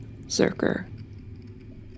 Zerker